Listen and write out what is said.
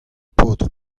paotr